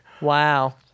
Wow